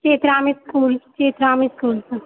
Chetram school Chetram इसकुलसॅं